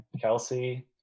Kelsey